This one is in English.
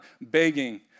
begging